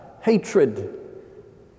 hatred